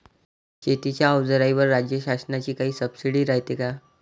शेतीच्या अवजाराईवर राज्य शासनाची काई सबसीडी रायते का?